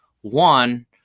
one